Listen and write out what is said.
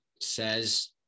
says